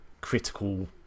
critical